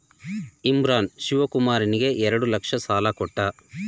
ಇಮ್ರಾನ್ ಶಿವಕುಮಾರನಿಗೆ ಎರಡು ಲಕ್ಷ ಸಾಲ ಕೊಟ್ಟ